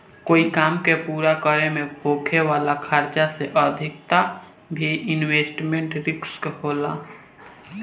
कोई काम के पूरा करे में होखे वाला खर्चा के अधिकता भी इन्वेस्टमेंट रिस्क होला